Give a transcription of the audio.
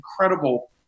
incredible